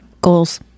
goals